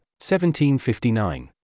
1759